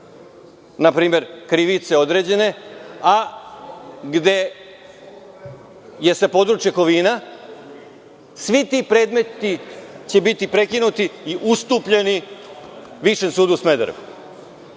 na primer, krivice određene, a gde je sa područja Kovina, svi ti predmeti će biti prekinuti i ustupljeni Višem sudu u Smederevu.